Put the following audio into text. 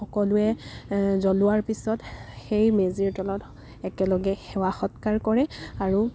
সকলোৱে জ্বলোৱাৰ পিছত সেই মেজিৰ তলত একেলগে সেৱা সৎকাৰ কৰে আৰু